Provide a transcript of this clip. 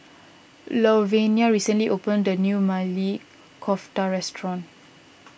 Louvenia recently opened a new Maili Kofta restaurant